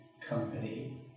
company